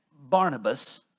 Barnabas